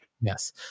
Yes